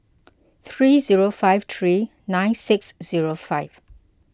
three zero five three nine six zero five